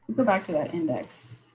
go back to that index.